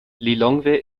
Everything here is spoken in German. lilongwe